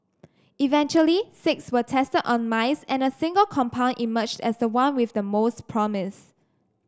eventually six were tested on mice and a single compound emerged as the one with the most promise